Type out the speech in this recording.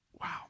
wow